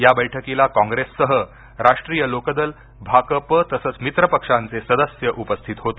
या बैठकीला काँग्रेससह राष्ट्रीय लोकदल भाकपं तसंच मित्र पक्षांचे सदस्य उपस्थित होते